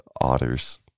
Otters